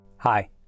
Hi